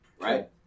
right